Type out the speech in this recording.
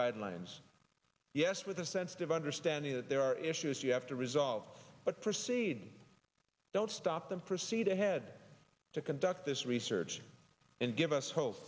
guidelines yes with the sensitive understanding that there are issues you have to resolve but proceed don't stop them proceed ahead to conduct this research and give us hope